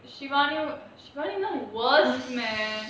shivanu shivanu now is worse man